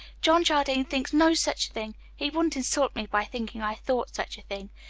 john jardine thinks no such thing. he wouldn't insult me by thinking i thought such a thing.